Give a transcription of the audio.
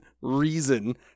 reason